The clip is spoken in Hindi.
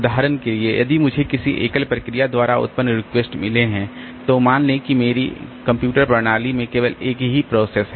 उदाहरण के लिए यदि मुझे किसी एकल प्रक्रिया द्वारा उत्पन्न रिक्वेस्ट मिले हैं तो मान लें कि मेरी कंप्यूटर प्रणाली में केवल एक ही प्रोसेस है